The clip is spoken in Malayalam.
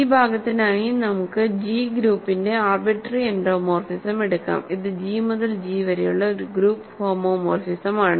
ഈ ഭാഗത്തിനായി നമുക്ക് ജി ഗ്രൂപ്പിന്റെ ആർബിട്രറി എൻഡോമോർഫിസം എടുക്കാം ഇത് ജി മുതൽ ജി വരെയുള്ള ഒരു ഗ്രൂപ്പ് ഹോമോമോർഫിസമാണ്